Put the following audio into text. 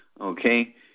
okay